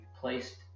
placed